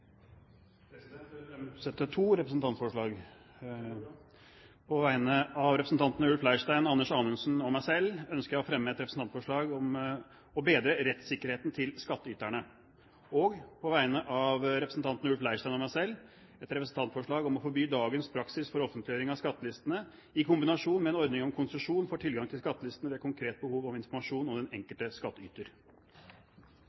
Jeg vil fremsette to representantforslag. Det går bra. På vegne av representantene Ulf Leirstein, Anders Anundsen og meg selv ønsker jeg å fremme et representantforslag om å bedre rettssikkerheten for skattyterne, og på vegne av representanten Ulf Leirstein og meg selv vil jeg fremme et representantforslag om å forby dagens praksis for offentliggjøring av skattelistene, i kombinasjon med en ordning med konsesjon for tilgang til skattelistene ved konkret behov for informasjon om den